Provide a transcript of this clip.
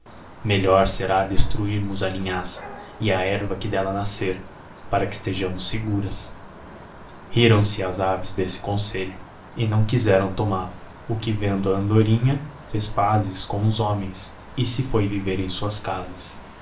melhor será destruirmos a linhaça e a herva que delia nascer para que estejamos seguras ílírão se as aves deste conselho e não quizerão tomalo o que vendo a andorinha fez pazes com os homens e se foi viver em suas casas